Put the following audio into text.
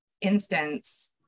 instance